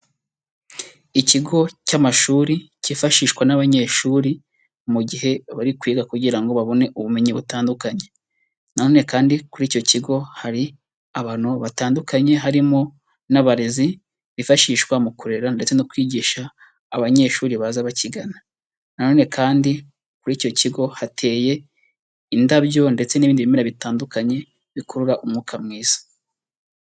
Ikigo cy'amashuri cyifashishwa n'abanyeshuri mu gihe bari kwiga kugira ngo babone ubumenyi butandukanye. Na none kandi kuri icyo kigo hari abantu batandukanye harimo n'abarezi bifashishwa mu kurera ndetse no kwigisha abanyeshuri baza bakigana. Na none kandi muri icyo kigo hateye indabyo ndetse n'ibindi bimera bitandukanye bikurura umwuka mwiza.